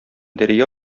дәрья